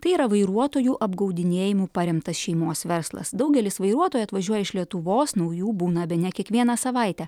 tai yra vairuotojų apgaudinėjimu paremtas šeimos verslas daugelis vairuotojų atvažiuoja iš lietuvos naujų būna bene kiekvieną savaitę